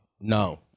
no